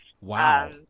Wow